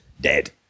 dead